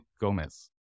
Gomez